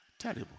terrible